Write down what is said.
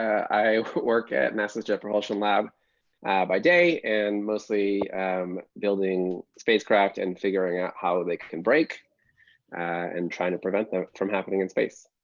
i work at nasa's jet propulsion lab by day and mostly um building spacecraft and figuring out how they can break and trying to prevent that from happening in space.